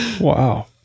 Wow